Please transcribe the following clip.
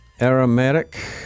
Aromatic